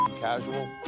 casual